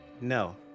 No